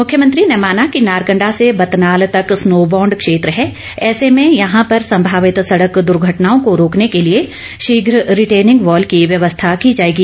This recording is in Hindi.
मुख्यमंत्री ने माना की नारकंडा से बतनाल तक स्नोबॉन्ड क्षेत्र है ऐसे में यहां पर संभावित सड़क द्वर्घटनाओं को रोकने के लिए शीघ्र रिटेनिंग वॉल की व्यवस्था की जाएगी